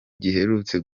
giherutse